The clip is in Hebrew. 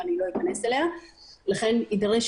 אני חושב, חבר הכנסת סער,